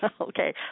Okay